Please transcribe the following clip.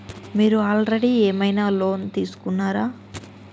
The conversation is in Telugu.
మీరు ఆల్రెడీ ఏమైనా లోన్ తీసుకున్నారా?